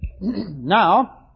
Now